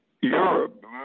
Europe